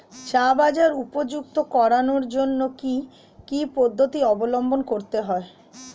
চা বাজার উপযুক্ত করানোর জন্য কি কি পদ্ধতি অবলম্বন করতে হয়?